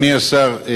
אדוני השר,